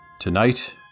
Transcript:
Tonight